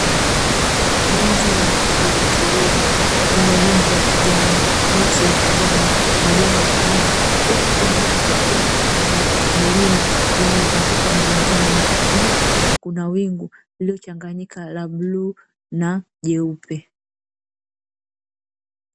Mandhari mazuri tulivu yenye rangi ya kijani, miti ya kijani, majani ya kijani. Huku pembeni kukiwepo kuna milima iliyozungukwa na majani, juu kukiwepo na wingu lililochangayika la bluu na jeupe.